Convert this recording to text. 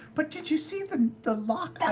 but did you see the the lock i